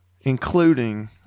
including